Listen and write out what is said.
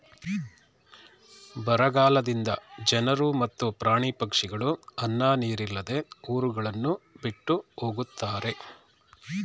ಬರಗಾಲದಿಂದ ಜನರು ಮತ್ತು ಪ್ರಾಣಿ ಪಕ್ಷಿಗಳು ಅನ್ನ ನೀರಿಲ್ಲದೆ ಊರುಗಳನ್ನು ಬಿಟ್ಟು ಹೊಗತ್ತರೆ